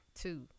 two